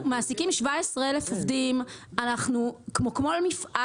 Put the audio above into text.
אנחנו מעסיקים 17,000 עובדים אנחנו כמו כל מפעל